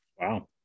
Wow